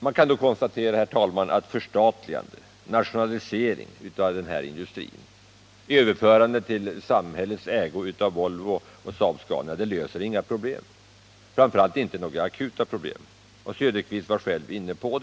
Man kan då konstatera, herr talman, att ett förstatligande, en nationalisering, av denna industri, ett överförande i samhällets ägo av Volvo och Saab Scania, inte löser några problem — framför allt inte de akuta problemen, vilket Oswald Söderqvist själv var inne på.